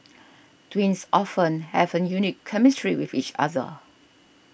twins often have a unique chemistry with each other